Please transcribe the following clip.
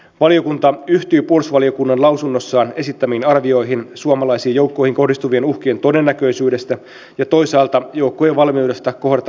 valiokunta yhtyy puolustusvaliokunnan lausunnossaan esittämiin arvioihin suomalaisiin joukkoihin kohdistuvien uhkien todennäköisyydestä ja toisaalta joukkojen valmiudesta kohdata nämä uhat